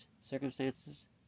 circumstances